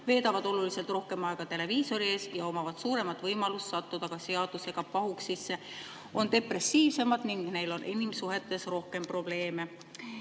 veedavad oluliselt rohkem aega televiisori ees ja omavad suuremat võimalust sattuda ka seadusega pahuksisse, on depressiivsemad ning neil on inimsuhetes rohkem probleeme. Mul